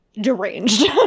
deranged